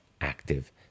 active